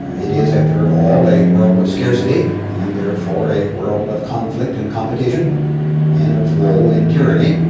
it is, after all, a world of scarcity and therefore a world of conflict and competition and of woe and tyranny.